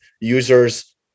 users